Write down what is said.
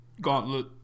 gauntlet